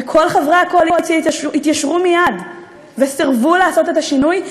וכל חברי הקואליציה התיישרו מייד וסירבו לעשות את השינוי,